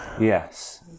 Yes